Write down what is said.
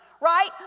right